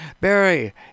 Barry